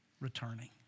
returning